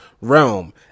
realm